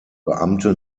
beamte